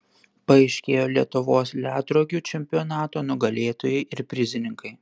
paaiškėjo lietuvos ledrogių čempionato nugalėtojai ir prizininkai